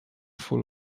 full